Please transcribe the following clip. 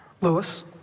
Lewis